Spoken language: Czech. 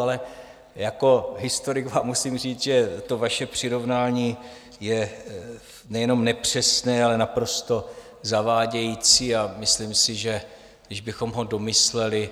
Ale jako historik vám musím říct, že to vaše přirovnání je nejenom nepřesné, ale naprosto zavádějící a myslím si, že když bychom ho domysleli,